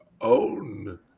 own